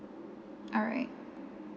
alright